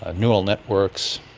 ah neural networks.